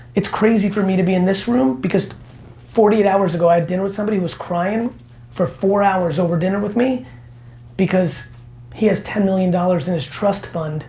it's crazy for me to be in this room because forty eight hours ago i had dinner with somebody who was crying for four hours over dinner with me because he has ten million dollars in his trust fund